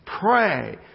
pray